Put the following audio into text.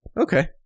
Okay